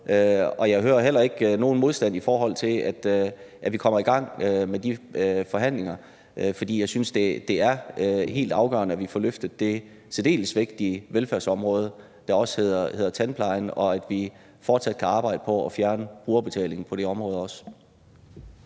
jeg hører heller ikke nogen modstand imod, at vi kommer i gang med de forhandlinger. Jeg synes, det er helt afgørende, at vi får løftet det særdeles vigtige velfærdsområde, som tandplejen er, og at vi fortsat kan arbejde på at fjerne brugerbetalingen på også det område.